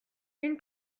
une